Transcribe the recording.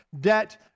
debt